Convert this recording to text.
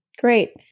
great